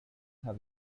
have